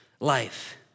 life